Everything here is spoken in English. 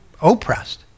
oppressed